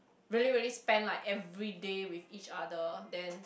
really really spend like everyday with each other then